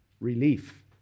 Relief